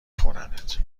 خورنت